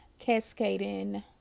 Cascading